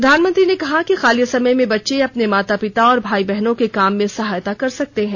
प्रधानमंत्री ने कहा कि खाली समय में बच्चे अपने माता पिता और भाई बहनों के काम में सहायता कर सकते हैं